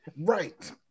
Right